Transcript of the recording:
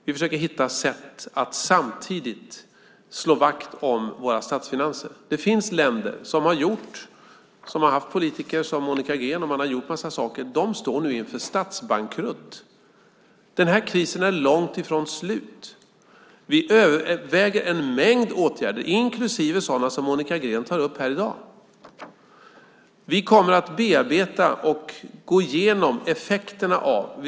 Vi försöker hitta sätt att samtidigt slå vakt om våra statsfinanser. Det finns länder som haft politiker som Monica Green och som gjort en massa saker. De står nu inför statsbankrutt. Den pågående krisen är långt ifrån slut. Vi överväger en mängd åtgärder, inklusive sådana som Monica Green tar upp i dag. Vi kommer att bearbeta och gå igenom effekterna av åtgärderna.